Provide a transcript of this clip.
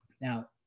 Now